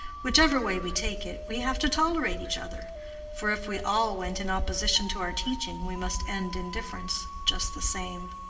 whichever way we take it, we have to tolerate each other for if we all went in opposition to our teaching, we must end in difference, just the same.